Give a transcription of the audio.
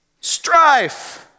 strife